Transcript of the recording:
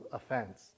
offense